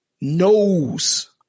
knows